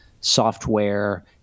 software